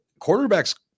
quarterbacks